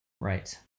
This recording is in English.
Right